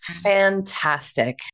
fantastic